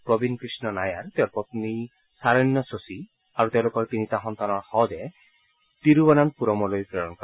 প্ৰবীণ কৃষ্ণণ নায়াৰ তেওঁৰ পন্নী শাৰণ্য শশী আৰু তেওঁলোকৰ তিনিটা সন্তানৰ শৱদেহ তিৰুৱান্তপূৰমলৈ প্ৰেৰণ কৰিব